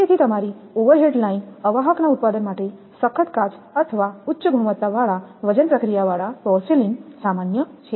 તેથી તમારી overhead line અવાહકના ઉત્પાદન માટે સખત કાચ અથવા ઉચ્ચ ગુણવત્તાવાળા વજન પ્રક્રિયાવાળા પોર્સેલેઇન સામાન્ય છે